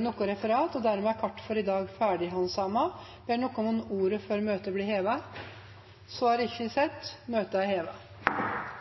ikke noe referat. Dermed er dagens kart ferdigbehandlet. Ber noen om ordet før møtet heves? – Så har ikke skjedd, og møtet er